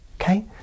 Okay